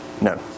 No